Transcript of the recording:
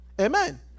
amen